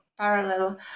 Parallel